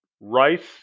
Rice